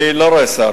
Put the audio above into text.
אני לא רואה שר.